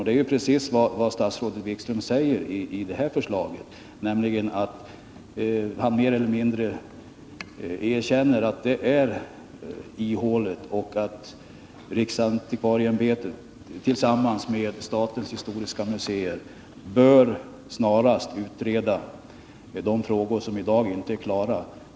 Det är precis vad statsrådet Wikström säger i det här förslaget, när han mer eller mindre klart erkänner att det föreliggande förslaget är ihåligt och att riksantikvarieämbetet tillsammans med statens historiska museer snarast bör utreda de frågor som i dag inte är klara.